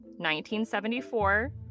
1974